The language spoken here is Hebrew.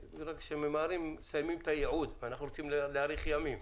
כשממהרים מסיימים את הייעוד ואנחנו רוצים להאריך ימים.